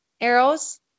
arrows